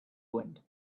wind